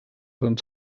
fan